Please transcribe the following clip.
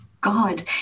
god